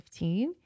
15